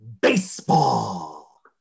baseball